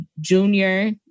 Junior